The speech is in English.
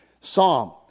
Psalm